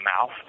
mouth